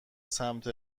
سمت